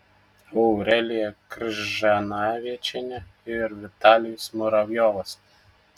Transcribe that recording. aurelija kržanavičienė ir vitalijus muravjovas